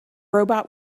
robot